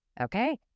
okay